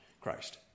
Christ